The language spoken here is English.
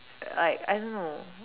like I don't know